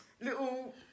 little